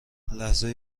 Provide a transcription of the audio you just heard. لحظه